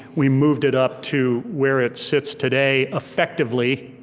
we moved it up to where it sits today, effectively,